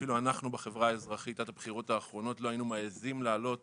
שאפילו אנחנו בחברה האזרחית עד הבחירות האחרונות לא היינו מעיזים להעלות